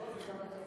לא, זה גם לקפריסין.